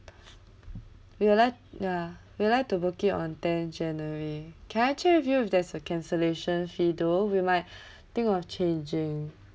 we will like ya we'll like to book it on tenth january can I check with you if there's a cancellation fee though we might think of changing